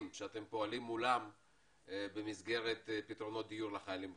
שאתם פועלים מולם במסגרת פתרונות דיור לחיילים בודדים.